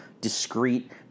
discrete